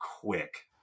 quick